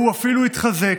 והוא אפילו יתחזק.